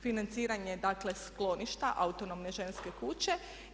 Financiranje je dakle skloništa, autonomne žene kuće.